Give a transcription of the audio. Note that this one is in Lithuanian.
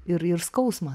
ir ir skausmas